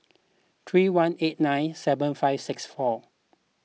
three one eight nine seven five six four